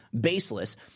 baseless